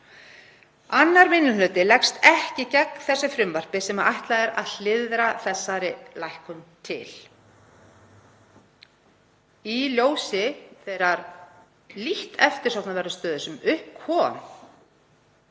2. minni hluti leggst ekki gegn þessu frumvarpi sem ætlað er að hliðra þessari lækkun til. Í ljósi þeirrar lítt eftirsóknarverðu stöðu sem upp kom